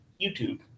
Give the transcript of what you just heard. YouTube